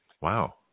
Wow